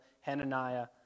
Hananiah